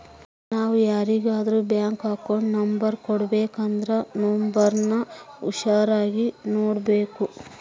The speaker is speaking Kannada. ನಾವು ಯಾರಿಗಾದ್ರೂ ಬ್ಯಾಂಕ್ ಅಕೌಂಟ್ ನಂಬರ್ ಕೊಡಬೇಕಂದ್ರ ನೋಂಬರ್ನ ಹುಷಾರಾಗಿ ನೋಡ್ಬೇಕು